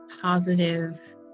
positive